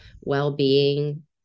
well-being